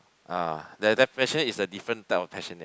ah there that passionate is the different type of passionate